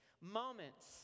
moments